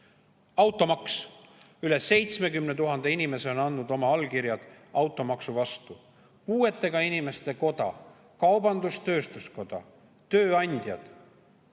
Automaks. Üle 70 000 inimese on andnud oma allkirja automaksu vastu. Puuetega inimeste koda, kaubandus-tööstuskoda, tööandjad,